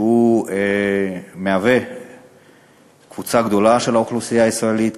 שהוא קבוצה גדולה באוכלוסייה הישראלית,